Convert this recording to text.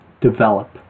develop